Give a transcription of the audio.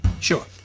Sure